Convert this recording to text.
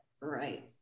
Right